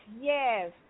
yes